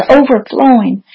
overflowing